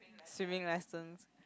swimming lessons